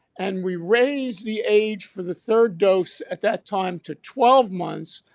and we raised the age for the third dose at that time to twelve months.